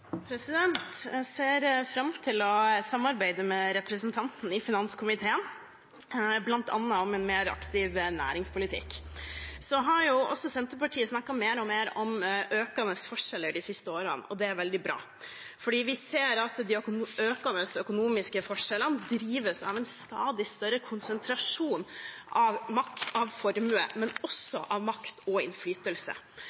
har også Senterpartiet snakket mer og mer om økende forskjeller de siste årene, og det er veldig bra, for vi ser at de økende økonomiske forskjellene drives av en stadig større konsentrasjon av formue, men også av